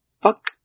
Fuck